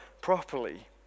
properly